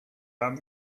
are